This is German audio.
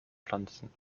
pflanzen